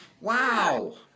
wow